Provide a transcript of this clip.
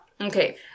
Okay